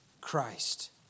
Christ